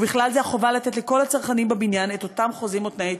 ובכלל זה החובה לתת לכל הצרכנים בבניין את אותם חוזים או תנאי התקשרות,